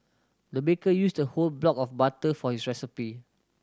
the baker used a whole block of butter for this recipe